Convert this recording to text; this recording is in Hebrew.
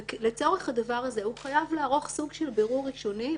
לצורך הדבר הזה הוא חייב לערוך סוג של בירור ראשוני.